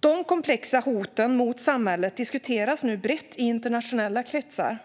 De komplexa hoten mot samhället diskuteras nu brett i internationella kretsar.